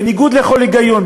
בניגוד לכל היגיון,